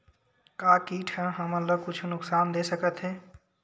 का कीट ह हमन ला कुछु नुकसान दे सकत हे?